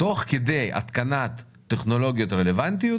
תוך כדי התקנת טכנולוגיות רלוונטיות,